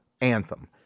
Anthem